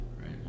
Right